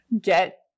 get